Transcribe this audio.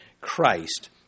Christ